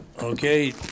Okay